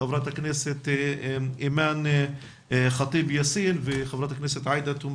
ח"כ אימאן ח'טיב יאסין וח"כ עאידה תומא